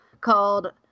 called